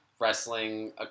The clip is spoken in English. wrestling